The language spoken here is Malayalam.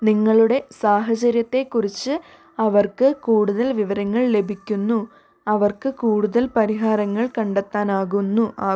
നിങ്ങളുടെ സാഹചര്യത്തെക്കുറിച്ച് അവർക്ക് കൂടുതൽ വിവരങ്ങൾ ലഭിക്കുന്നു അവർക്ക് കൂടുതൽ പരിഹാരങ്ങൾ കണ്ടെത്താനാകുന്നു ആ